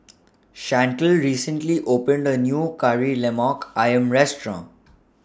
Shantell recently opened A New Kari Lemak Ayam Restaurant